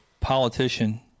politician